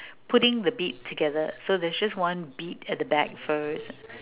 putting the beat together so there's just one beat at the back first